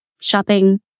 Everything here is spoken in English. shopping